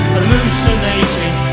Hallucinating